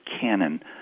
canon